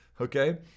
okay